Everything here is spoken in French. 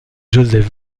joseph